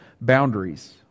boundaries